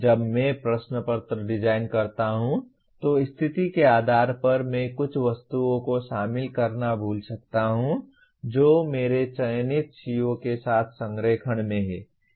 जब मैं प्रश्न पत्र डिजाइन करता हूं तो स्थिति के आधार पर मैं कुछ वस्तुओं को शामिल करना भूल सकता हूं जो मेरे चयनित CO के साथ संरेखण में हैं